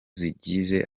zigize